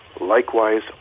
Likewise